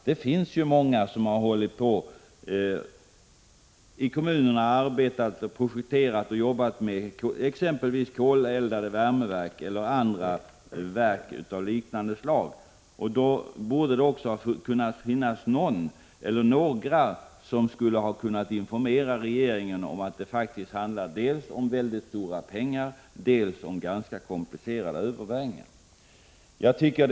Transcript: Det är ju många som har projekterat och arbetat med exempelvis koleldade värmeverk o.d. Någon borde alltså ha kunnat informera regeringen om att det faktiskt handlar dels om väldigt stora pengar, dels om ganska komplicerade överväganden.